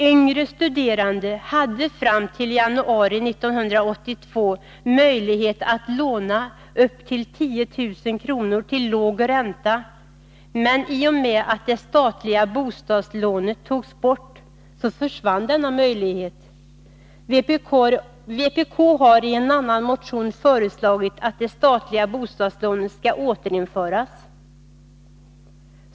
Yngre studerande hade fram till januari 1982 möjlighet att låna upp till 10 000 kr. till låg ränta, men i och med att det statliga bostadslånet togs bort försvann denna möjlighet. Vpk har i en annan motion föreslagit att det statliga bostadslånet skall återinföras.